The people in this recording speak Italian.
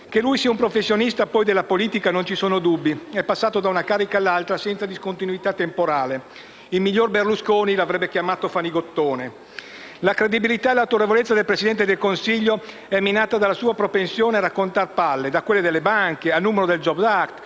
Che lui sia un professionista della politica non ci sono dubbi: è passato da una carica pubblica all'altra senza discontinuità temporale. Il miglior Berlusconi l'avrebbe chiamato "fanigottone". La credibilità e l'autorevolezza del Presidente del Consiglio sono minate dalla sua propensione a raccontar palle, da quelle sulle banche ai numeri del *jobs act*,